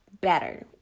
better